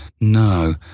No